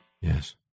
Yes